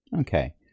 Okay